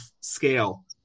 scale